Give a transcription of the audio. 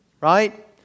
right